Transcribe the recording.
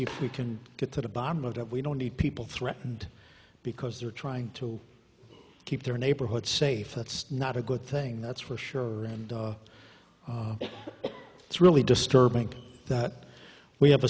if we can get to the bottom of that we don't need people threatened because they're trying to keep their neighborhood safe that's not a good thing that's for sure and it's really disturbing that we have a